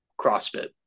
CrossFit